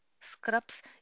Scrubs